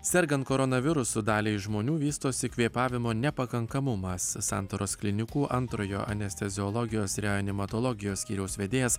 sergant koronavirusu daliai žmonių vystosi kvėpavimo nepakankamumas santaros klinikų antrojo anesteziologijos reanimatologijos skyriaus vedėjas